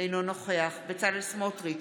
אינו נוכח בצלאל סמוטריץ'